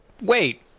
Wait